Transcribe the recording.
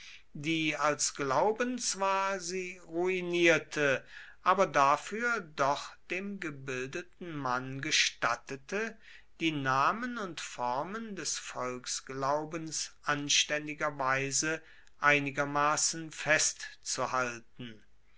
die als glauben zwar sie ruinierte aber dafür doch dem gebildeten mann gestattete die namen und formen des volksglaubens anständigerweise einigermaßen festzuhalten